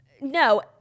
no